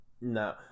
No